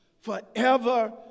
forever